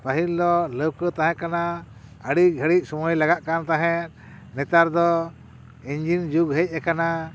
ᱯᱟ ᱦᱤᱞ ᱫᱚ ᱞᱟᱹᱣᱠᱟᱹ ᱛᱟᱦᱮᱸ ᱠᱟᱱᱟ ᱟ ᱰᱤ ᱜᱷᱟᱹᱲᱤᱡ ᱥᱚᱢᱟᱹᱭ ᱞᱟᱜᱟᱜ ᱠᱟᱱ ᱛᱟᱦᱮᱸᱫ ᱱᱮᱛᱟᱨ ᱫᱚ ᱤᱱᱡᱤᱱ ᱡᱩᱜᱽ ᱦᱮᱡ ᱠᱟᱱᱟ